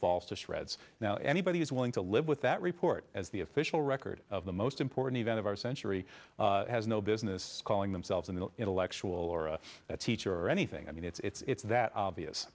falls to shreds now anybody who's willing to live with that report as the official record of the most important event of our century has no business calling themselves in the intellectual or a teacher or anything i mean it's that obvious